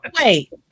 Wait